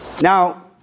Now